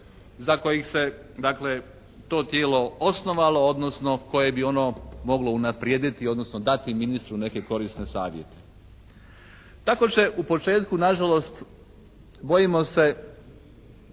za koje se dakle to tijelo osnovalo odnosno koje bi ono moglo unaprijediti odnosno dati ministru neke korisne savjete. Tako će u početku nažalost bojimo se